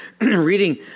reading